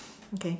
okay